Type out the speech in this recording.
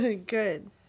Good